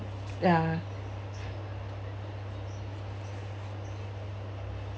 uh